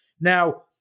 Now